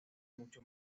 mucho